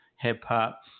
hip-hop